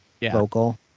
vocal